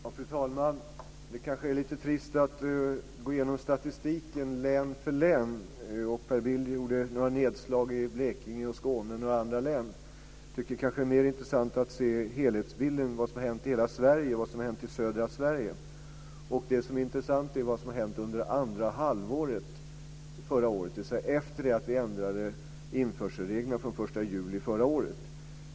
Fru talman! Det kanske är lite trist att gå igenom statistiken län för län, och Per Bill gjorde några nedslag i Blekinge, Skåne och några andra län. Jag tycker att det är mer intressant att se helhetsbilden, vad som har hänt i hela Sverige och inte bara i södra Sverige. Det som är intressant är vad som har hänt under andra halvåret förra året, dvs. efter det att vi ändrade införselreglerna den 1 juli förra året.